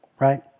right